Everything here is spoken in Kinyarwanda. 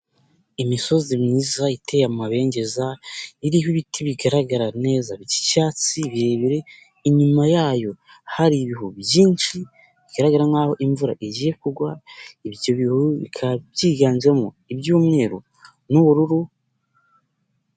Imisozi myiza iteye amabengeza iriho ibiti bigaragara neza by'icyatsi birebire inyuma yayo hari ibihu byinshi bigaragara nk'aho imvura igiye kugwa, ibyo bihu bikaba byiganjemo iby'umweru n'ubururu.